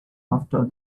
after